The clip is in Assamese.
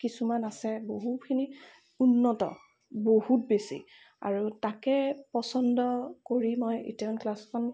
কিছুমান আছে বহুখিনি উন্নত বহুত বেছি আৰু তাকে পচন্দ কৰি মই এতিয়া এটিয়ন ক্লাছখন